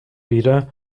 wieder